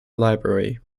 library